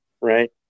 right